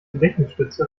gedächtnisstütze